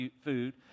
food